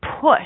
push